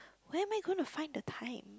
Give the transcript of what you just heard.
where am I gonna to find the time